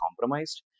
compromised